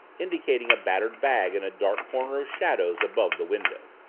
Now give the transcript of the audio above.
indicating a battered bag in a dark corner of shadows above the window.